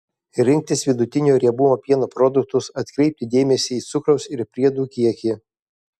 rinktis vidutinio riebumo pieno produktus atkreipti dėmesį į cukraus ir priedų kiekį